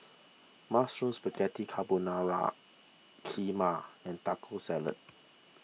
Mushroom Spaghetti Carbonara Kheema and Taco Salad